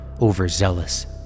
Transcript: overzealous